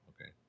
Okay